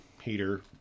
heater